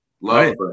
love